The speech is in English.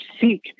seek